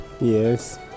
Yes